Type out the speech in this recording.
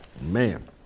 Man